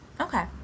Okay